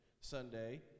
Sunday